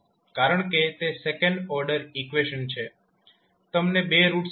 કારણ કે તે સેકન્ડ ઓર્ડર ઈકવેશન છે તમને બે રૂટ્સ મળશે